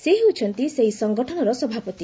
ସେ ହେଉଛନ୍ତି ସେହି ସଙ୍ଗଠନର ସଭାପତି